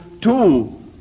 two